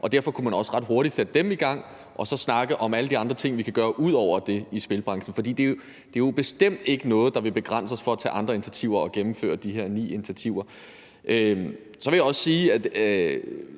og derfor kunne man også ret hurtigt sætte dem i gang og så snakke om alle de andre ting, vi kan gøre ud over det i spilbranchen. Det at gennemføre de her ni initiativer er jo bestemt ikke noget, der vil begrænse os i at tage andre initiativer. Så vil jeg også sige, at